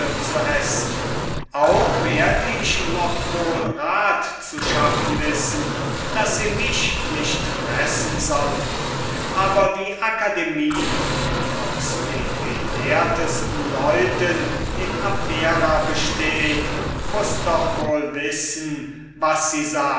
zu essen auch werd ich noch wohl rat zu schaffen wissen daß sie mich nicht fressen sollen aber die akademie die aus den gelehrtesten leuten in abdera besteht muß doch wohl wissen was sie